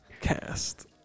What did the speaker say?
cast